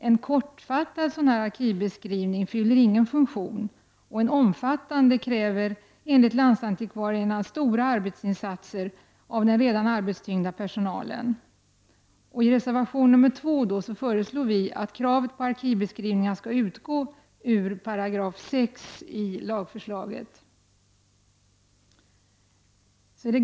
En kortfattad arkivbeskrivning fyller ingen funktion och en omfattande kräver enligt landsantikvarierna stora arbetsinsatser av den redan arbetstyngda personalen. I reservation nr2 föreslår vi att kravet på arkivbeskrivningar skall utgå ur 6 § i lagförslaget.